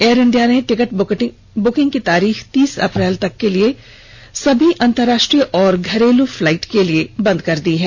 air India ने ticket booking की तारीख तीस अप्रैल तक के लिए सभी अंतरराष्ट्रीय और घरेलू फ्लाइट के लिए बंद कर दी गई है